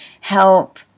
help